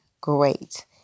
great